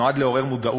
נועד לעורר מודעות,